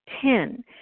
Ten